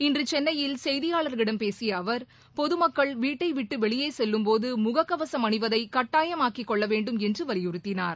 இன்று சென்னையில் செய்தியாளர்களிடம் பேசிய அவர் பொதுமக்கள் வீட்டை விட்டு வெளியே செல்லும் போது முகக்கவசம் அணிவதை கட்டாயமாக்கி கொள்ள வேண்டும் என்று வலியுறுத்தினார்